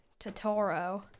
Totoro